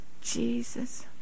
Jesus